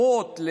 למערכות.